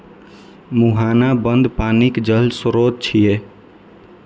मुहाना बंद पानिक जल स्रोत छियै